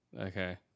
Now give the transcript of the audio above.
Okay